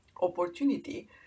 opportunity